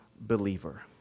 believer